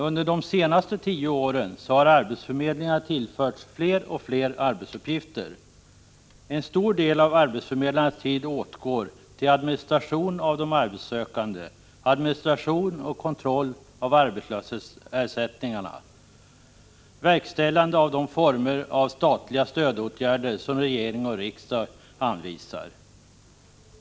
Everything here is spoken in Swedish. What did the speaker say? Under de senaste tio åren har arbetsförmedlingarna tillförts fler och fler arbetsuppgifter. En stor del av arbetsförmedlarnas tid åtgår till administration av de arbetssökande, administration och kontroll av arbetslöshetsersättning samt verkställande av de former av statliga stödåtgärder som regering och riksdag anvisar.